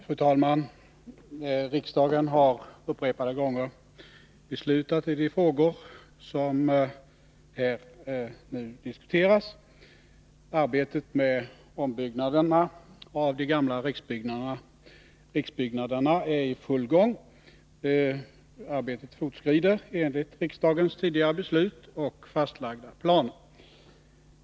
Fru talman! Riksdagen har upprepade gånger beslutat i de frågor som nu diskuteras. Arbetet med ombyggnaderna av de gamla riksbyggnaderna är i full gång. Det arbetet fortskrider enligt riksdagens tidigare beslut och fastlagda planer.